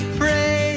pray